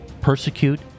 persecute